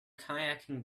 kayaking